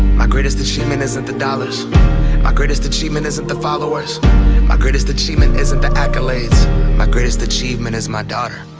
my greatest achievement isn't the dollars my ah greatest achievement isn't the followers my greatest achievement isn't the accolades my greatest achievement is my daughter